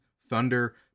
Thunder